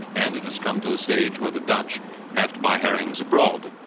and it has come to a stage where the dutch have to buy herrings abroad.